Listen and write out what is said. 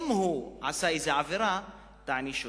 אם הוא יעשה איזו עבירה תעניש אותו.